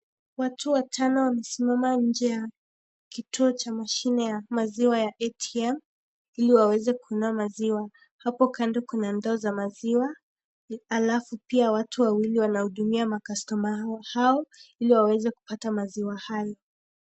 Watu watano wamesimama nje ya kituo cha mashine ya maziwa ya ATM ili waweze kununua maziwa. Hapo kando kuna ndoo za maziwa, halafu pia watu wawili wanahudumia makastoma hao ili waweze kupata maziwa hayo.